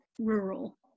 rural